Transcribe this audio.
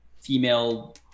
female